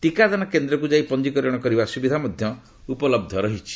ଟିକାଦାନ କେନ୍ଦ୍ରକୃ ଯାଇ ପଞ୍ଜୀକରଣ କରିବା ସୁବିଧା ମଧ୍ୟ ଉପଲବ୍ଧ ରହିଛି